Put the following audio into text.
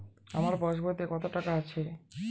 আমার পাসবইতে কত টাকা আছে?